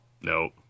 Nope